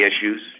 issues